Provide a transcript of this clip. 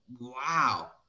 wow